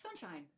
Sunshine